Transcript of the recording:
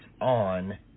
on